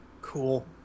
Cool